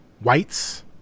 Whites